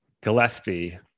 Gillespie